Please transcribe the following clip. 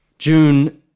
june,